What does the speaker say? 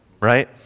right